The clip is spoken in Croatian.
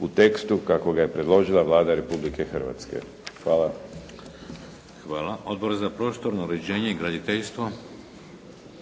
u tekstu kako ga je predložila Vlada Republike Hrvatske. Hvala. **Šeks, Vladimir (HDZ)** Hvala. Odbor za prostorno uređenje i graditeljstvo?